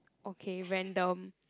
okay random